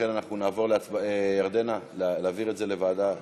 להעביר את זה לוועדה?